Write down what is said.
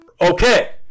Okay